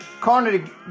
Carnegie